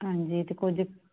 ਹਾਂਜੀ ਅਤੇ ਕੁਝ